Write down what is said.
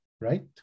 right